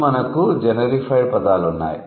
ఇప్పుడు మనకు జెనెరిఫైడ్ పదాలు ఉన్నాయి